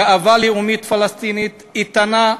גאווה לאומית פלסטינית איתנה,